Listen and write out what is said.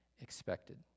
expected